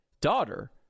daughter